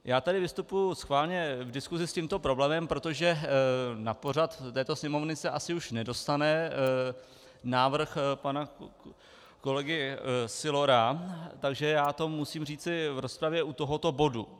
Já tady vystupuji schválně v diskusi s tímto problémem, protože na pořad této Sněmovny se asi už nedostane návrh pana kolegy Sylora, takže já to musím říci v rozpravě u tohoto bodu.